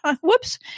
Whoops